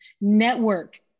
network